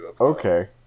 Okay